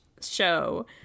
show